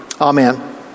Amen